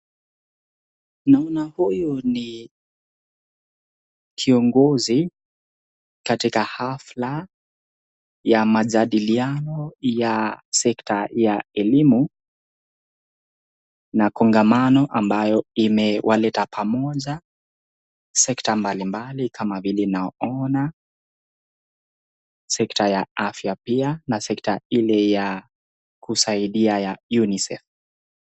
Naona huyu ni kiongozi katika hafla ya majadiliano ya sekta ya elimu na kongamano ambayo imewaleta pamoja sekta mbali mbali kama vile naona sekta ya afya pia na sekta ile ya kusaidia ya Unicef